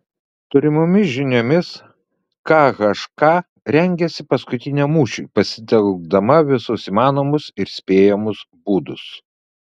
turimomis žiniomis khk rengiasi paskutiniam mūšiui pasitelkdama visus įmanomus ir spėjamus būdus